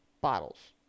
bottles